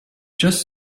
just